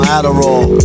Adderall